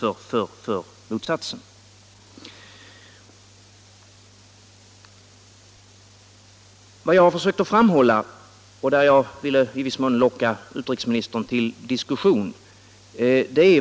Jag har i någon mån försökt locka utrikesministern till diskussion.